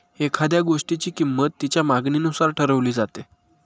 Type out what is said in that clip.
एखाद्या गोष्टीची किंमत तिच्या मागणीनुसार ठरवली जाते